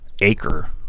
acre